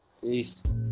peace